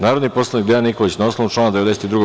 Narodni poslanik Dejan Nikolić, na osnovu člana 92.